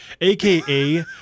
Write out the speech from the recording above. AKA